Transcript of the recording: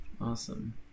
Awesome